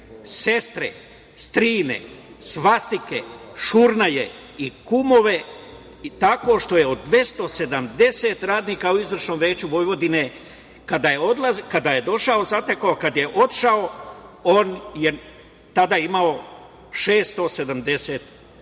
sestre, strine, svastike, šurnaje i kumove tako što je od 270 radnika u Izvršnom veću Vojvodine kada je došao, kada je otišao imao je 670 radnika“,